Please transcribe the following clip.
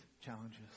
challenges